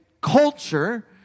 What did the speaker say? culture